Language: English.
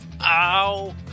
Ow